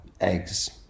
eggs